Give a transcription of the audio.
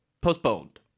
postponed